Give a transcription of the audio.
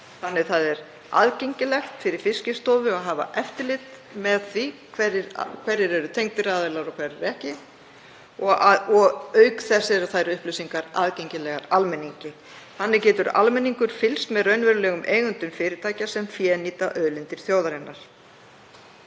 þannig að það er aðgengilegt fyrir Fiskistofu að hafa eftirlit með því hverjir eru tengdir aðilar og hverjir ekki og auk þess eru þær upplýsingar aðgengilegar almenningi. Þannig getur almenningur fylgst með raunverulegum eigendum fyrirtækja sem fénýta auðlindir þjóðarinnar.